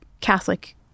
Catholic